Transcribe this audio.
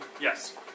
yes